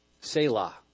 Selah